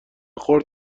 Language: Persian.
خورد